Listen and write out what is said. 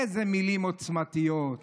איזה מילים עוצמתיות.